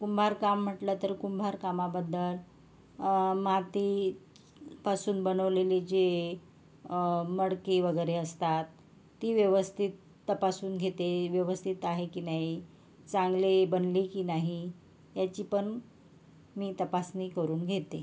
कुंभारकाम म्हटलं तर कुंभार कामाबद्दल मातीपासून बनवलेले जे मडके वगैरे असतात ती व्यवस्थित तपासून घेते व्यवस्थित आहे की नाही चांगले बनले की नाही याची पण मी तपासणी करून घेते